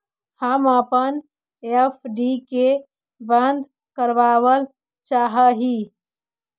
हम अपन एफ.डी के बंद करावल चाह ही